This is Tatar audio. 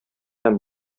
һәм